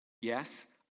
yes